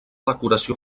decoració